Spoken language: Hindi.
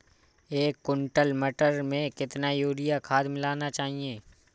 एक कुंटल मटर में कितना यूरिया खाद मिलाना चाहिए?